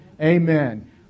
Amen